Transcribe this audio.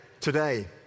today